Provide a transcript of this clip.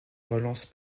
relance